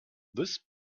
this